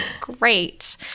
Great